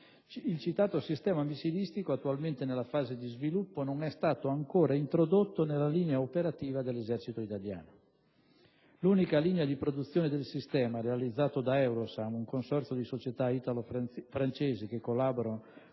Il citato sistema missilistico, attualmente nella fase di sviluppo, non è stato ancora introdotto nella linea operativa dell'Esercito italiano. L'unica linea di produzione del sistema, realizzato da EUROSAM, un consorzio di società italo-francesi che collaborano con